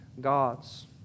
gods